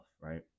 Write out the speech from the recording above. right